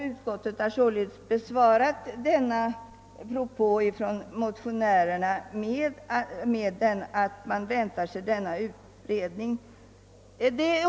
Utskottet har således besvarat denna propå från moticnärerna med påpekandet att man förväntar sig en utredning.